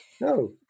No